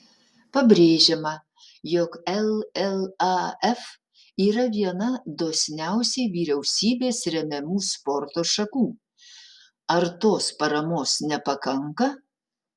pabrėžiama jog llaf yra viena dosniausiai vyriausybės remiamų sporto šakų ar tos paramos nepakanka